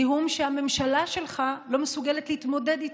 זיהום שהממשלה שלך לא מסוגלת להתמודד איתו.